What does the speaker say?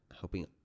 Helping